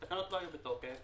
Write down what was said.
התקנות לא היו בתוקף.